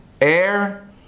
Air